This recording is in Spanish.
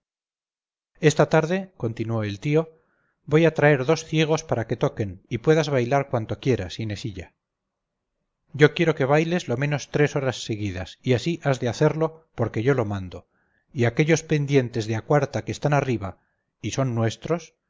esta tarde continuó el tío voy a traer dos ciegos para que toquen y puedas bailar cuanto quieras inesilla yo quiero que bailes lo menos tres horas seguidas y así has de hacerlo porque yo lo mando y aquellos pendientes de a cuarta que están arriba y son nuestros